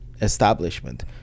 establishment